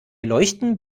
leuchten